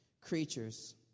creatures